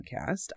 podcast